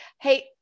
hey